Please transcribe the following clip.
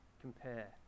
compare